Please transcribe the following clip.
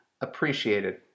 appreciated